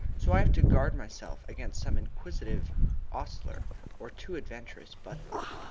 so i have to guard myself against some inquisitive ostler or too adventurous butler.